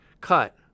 cut